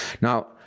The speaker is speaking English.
Now